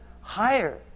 higher